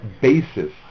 basis